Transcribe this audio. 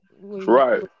Right